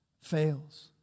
fails